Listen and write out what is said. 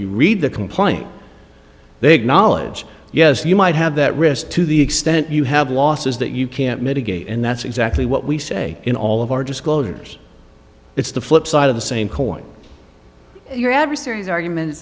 you read the complaint they acknowledge yes you might have that risk to the extent you have losses that you can't mitigate and that's exactly what we say in all of our disclosures it's the flip side of the same coin your adversary's arguments